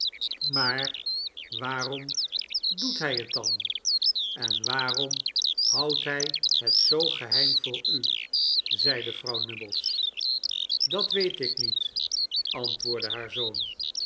maar waarom doet hij het dan en waarom houdt hij het zoo geheim voor u zeide vrouw nubbles dat weet ik niet antwoordde haar zoon